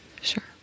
Sure